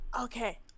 Okay